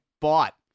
bought